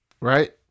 Right